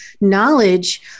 knowledge